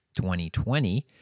2020